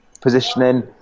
positioning